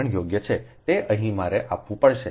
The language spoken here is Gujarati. તો અહીં મારે આપવું પડશે